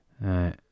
Right